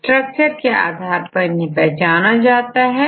structure के आधार पर इन्हें पहचाना जाता है